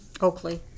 Oakley